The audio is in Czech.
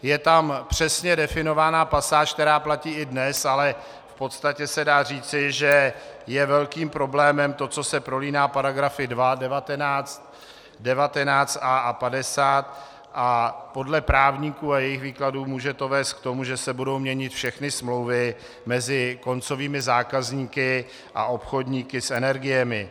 Je tam přesně definovaná pasáž, která platí i dnes, ale v podstatě se dá říci, že je velkým problémem to, co se prolíná paragrafy 2, 19 a 50 a podle právníků a jejich výkladu to může vést k tomu, že se budou měnit všechny smlouvy mezi koncovými zákazníky a obchodníky s energiemi.